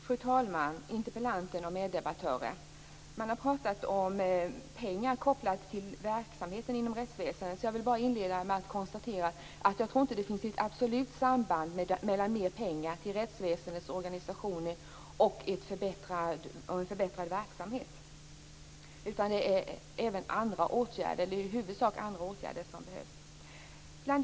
Fru talman! Interpellanten och meddebattörer! Det har talats om pengar kopplat till verksamheten inom rättsväsendet. Jag vill därför inleda med att säga att jag inte tror att det finns något absolut samband mellan mer pengar till rättsväsendets organisation och en förbättrad verksamhet. Det är i huvudsak andra åtgärder som behövs.